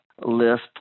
list